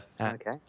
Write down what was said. Okay